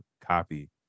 copy